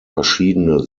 verschiedene